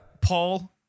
Paul